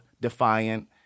defiant